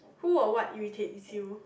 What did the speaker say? who or what irritates you